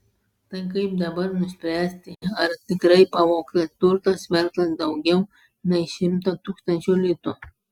tai kaip dabar nuspręsti ar tikrai pavogtas turtas vertas daugiau nei šimto tūkstančių litų